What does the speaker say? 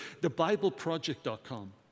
Thebibleproject.com